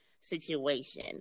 situation